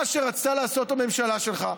מה שרצתה לעשות הממשלה שלך,